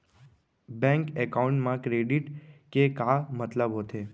Bank account मा credit के का मतलब होथे?